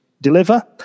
deliver